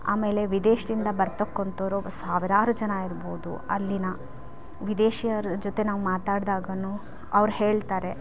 ಆಮೇಲೆ ವಿದೇಶದ ಬರತಕ್ಕಂಥೋರು ಸಾವಿರಾರು ಜನ ಇರ್ಬೋದು ಅಲ್ಲಿನ ವಿದೇಶಿಯರ ಜೊತೆ ನಾವು ಮಾತಾಡ್ದಾಗನೂ ಅವ್ರು ಹೇಳ್ತಾರೆ